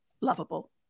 lovable